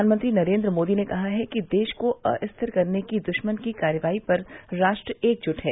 प्रधानमंत्री नरेन्द्र मोदी ने कहा है कि देश को अस्थिर करने की द्श्मन की कार्रवाई पर राष्ट्र एकजुट है